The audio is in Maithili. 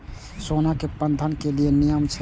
सोना के बंधन के कि नियम छै?